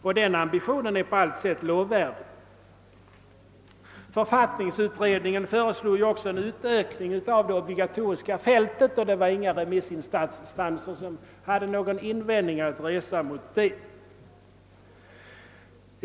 En sådan ambition är på allt sätt lovvärd. Författningsutredningen föreslog också en utökning av det obligatoriska fältet, och det var inga remissinstanser som hade några invändningar att göra.